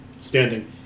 standing